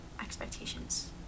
expectations